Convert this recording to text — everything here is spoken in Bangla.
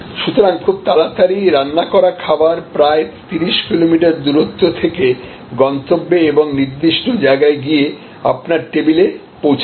সুতরাং খুব তাড়াতাড়ি রান্না করা খাবার প্রায় 30 কিলোমিটার দূরত্ব থেকে গন্তব্যে এবং নির্দিষ্ট জায়গায় গিয়েআপনার টেবিলে পৌঁছে যাবে